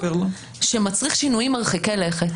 שמצריך שינויים מרחיקי לכת,